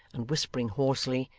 and whispering hoarsely,